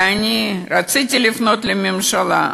ואני רציתי לפנות לממשלה,